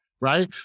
right